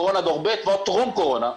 קורונה דור ב' וטרום קורונה.